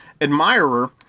admirer